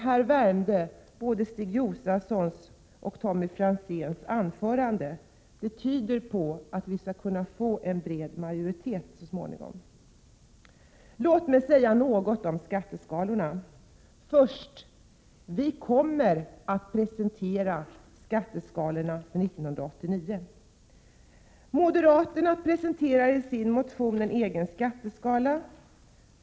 Här värmde orden i Stig Josefsons och Tommy Franzéns anföranden. De tyder på att vi skall kunna få en bred majoritet härvidlag så småningom. Får jag säga något om skatteskalorna. Först och främst vill jag understryka att vi kommer att presentera skatteskalorna under 1989. Moderaterna presenterar i sin motion en egen skatteskala.